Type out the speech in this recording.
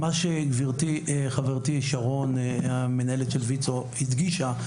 מה שחברתי שרון מנהלת ויצו הדגישה,